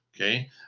Okay